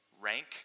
rank